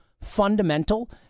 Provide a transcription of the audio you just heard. fundamental